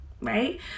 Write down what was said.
right